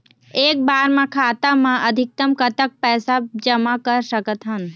एक बार मा खाता मा अधिकतम कतक पैसा जमा कर सकथन?